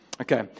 Okay